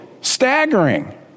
staggering